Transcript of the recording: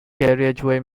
carriageway